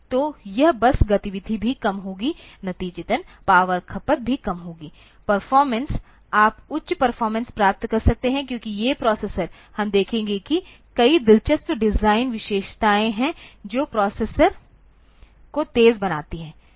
तो यह बस गतिविधि भी कम होगी नतीजतन पावर खपत भी कम होगी परफॉरमेंस आप उच्च परफॉरमेंस प्राप्त कर सकते हैं क्योंकि ये प्रोसेसर हम देखेंगे कि कई दिलचस्प डिजाइन विशेषताएं हैं जो प्रोसेसर को तेज बनाती हैं